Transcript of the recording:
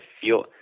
feel